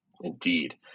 Indeed